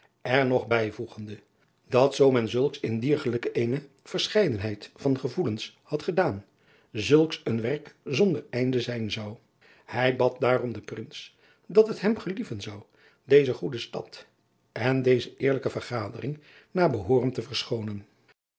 er nog bijvoegende dat zoo men zulks in diergelijk eene verscheidenheid van gevoelens had gedaan zulks een werk zonder einde zijn zou ij bad daarom den rins dat het hem gelieven zou deze goede stad en deze eerlijke ergadering naar behooren te verschoonen